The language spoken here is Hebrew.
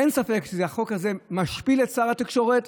אין ספק שהחוק הזה משפיל את שר התקשורת,